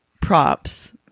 Props